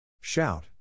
Shout